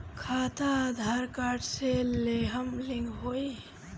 खाता आधार कार्ड से लेहम लिंक होई?